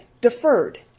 deferred